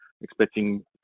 expecting